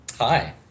Hi